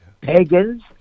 pagans